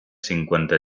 cinquanta